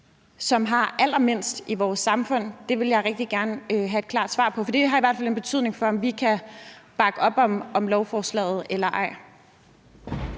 som har allermindst? Det vil jeg rigtig gerne have et klart svar på, for det har i hvert fald en betydning for, om vi kan bakke op om lovforslaget eller ej.